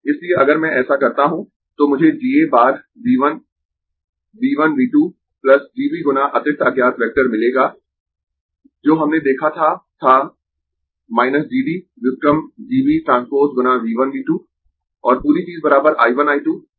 इसलिए अगर मैं ऐसा करता हूं तो मुझे ga बार V 1 V 1 V 2 GB गुना अतिरिक्त अज्ञात वेक्टर मिलेगा जो हमने देखा था था GD व्युत्क्रम GB ट्रांसपोज गुना V 1 V 2 और पूरी चीज I 1 I 2